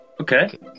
Okay